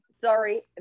Sorry